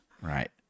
right